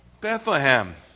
Bethlehem